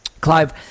Clive